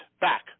back